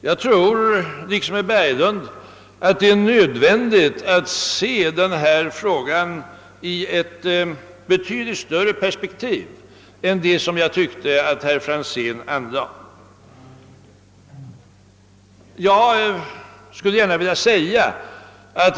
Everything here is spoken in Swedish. Jag tror alltså — liksom herr Berglund — att det är nödvändigt att se denna fråga i ett betydligt större perspektiv än det som jag tyckte att herr Franzén i Motala anlade.